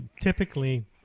typically